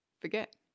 forget